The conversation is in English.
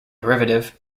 derivative